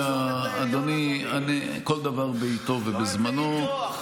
אדוני, כל דבר בעיתו ובזמנו.